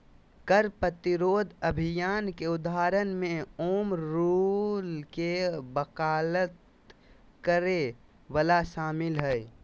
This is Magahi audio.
कर प्रतिरोध अभियान के उदाहरण में होम रूल के वकालत करे वला शामिल हइ